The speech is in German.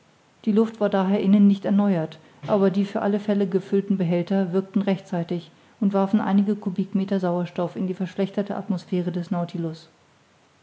die luft war daher innen nicht erneuert aber die für alle fälle gefüllten behälter wirkten rechtzeitig und warfen einige kubikmeter sauerstoff in die verschlechterte atmosphäre des